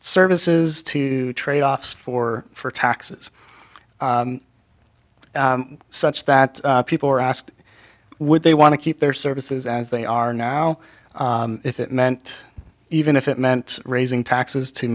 services to trade offs for for taxes such that people were asked would they want to keep their services as they are now if it meant even if it meant raising taxes to